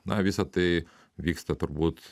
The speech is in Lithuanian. na visa tai vyksta turbūt